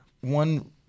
one